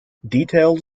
details